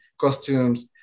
costumes